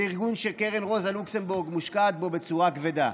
זה ארגון שקרן רוזה לוקסמבורג מושקעת בו בצורה כבדה.